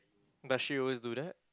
does she always do that